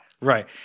Right